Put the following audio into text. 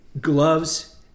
Gloves